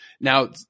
Now